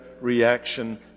reaction